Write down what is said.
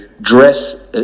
dress